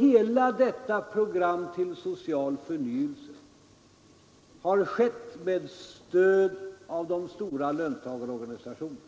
hela vårt program om social förnyelse av arbetslivet utarbetades med stöd av de stora löntagarorganisationerna.